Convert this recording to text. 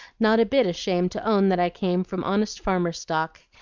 not a bit ashamed to own that i came from honest farmer stock,